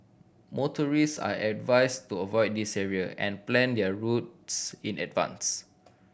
motorist are advised to avoid these area and plan their routes in advance